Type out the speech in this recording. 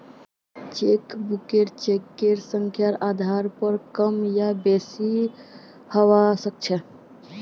चेकबुकेर चार्ज चेकेर संख्यार आधार पर कम या बेसि हवा सक्छे